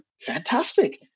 fantastic